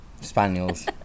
Spaniels